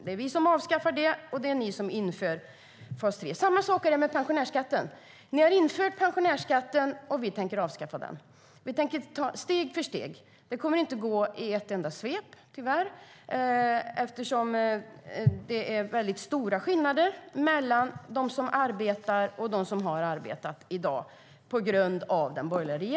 Det är vi som ska avskaffa det, och det var ni som införde fas 3. Samma sak är det med pensionärsskatten. Ni har infört pensionärsskatten, och vi tänker avskaffa den steg för steg. Det kommer tyvärr inte att gå i ett enda svep, eftersom det på grund av den borgerliga regeringen i dag är väldigt stora skillnader mellan de som arbetar och de som har arbetat.